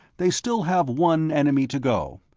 they still have one enemy to go,